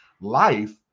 life